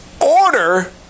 Order